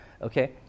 okay